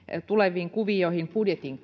tuleviin kuvioihin budjetin